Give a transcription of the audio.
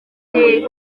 hehe